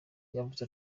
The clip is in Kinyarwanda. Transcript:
yavuze